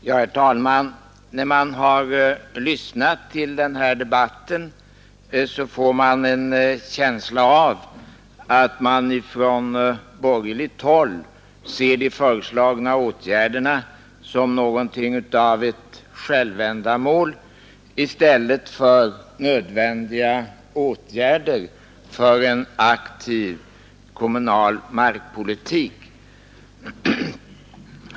Herr talman! Den som lyssnar till den här debatten får lätt en känsla av att man från borgerligt håll ser de av regeringen föreslagna åtgärderna som någonting av ett självändamål och inte som nödvändiga åtgärder för en aktiv kommunal markpolitik.